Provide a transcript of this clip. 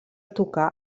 tocar